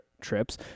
trips